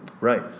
Right